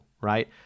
right